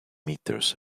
meters